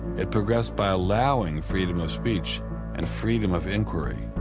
it progressed by allowing freedom of speech and freedom of inquiry.